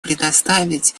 предоставить